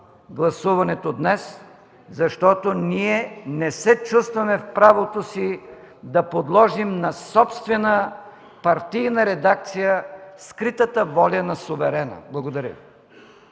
гласуването днес, защото ние не се чувстваме в правото си да подложим на собствена партийна редакция скритата воля на суверена. Благодаря.